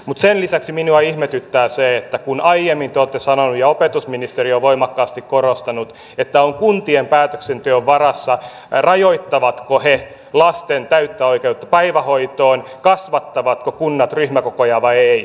mutta sen lisäksi minua ihmetyttää se kun aiemmin te olette sanonut ja opetusministeri on voimakkaasti korostanut että on kuntien päätöksenteon varassa rajoittavatko he lasten täyttä oikeutta päivähoitoon kasvattavatko kunnat ryhmäkokoja vai eivät